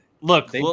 Look